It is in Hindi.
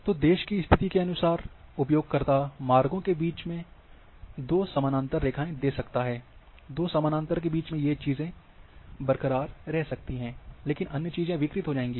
तो देश की स्तिथि के अनुसार उपयोगकर्ता मार्गों के बीच दो समानांतर रेखाएँ दे सकता है दो समानांतार के बीच ये चीजें बरकरार रह सकती हैं लेकिन अन्य चीजें विकृत हो जाएँगी